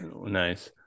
Nice